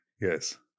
Yes